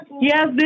Yes